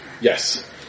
yes